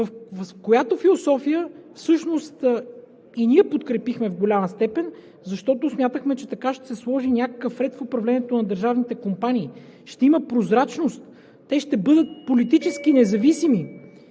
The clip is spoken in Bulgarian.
която философия и ние подкрепихме в голяма степен, защото смятахме, че така ще се сложи някакъв ред в управлението на държавните компании, ще има прозрачност, те ще бъдат политически независими